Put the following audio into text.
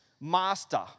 Master